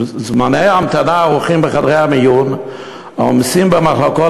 זמני ההמתנה הארוכים בחדרי המיון והעומסים במחלקות,